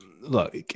Look